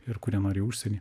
ir kurie nori į užsienyje